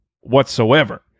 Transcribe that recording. whatsoever